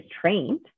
trained